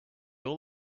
all